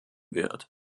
wird